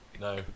No